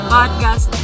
Podcast